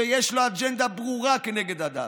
שיש לו אג'נדה ברורה כנגד הדת.